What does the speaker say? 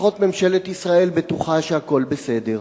לפחות ממשלת ישראל בטוחה שהכול בסדר.